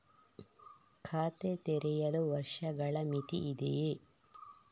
ಖಾತೆ ತೆರೆಯಲು ವರ್ಷಗಳ ಮಿತಿ ಇದೆಯೇ?